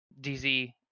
DZ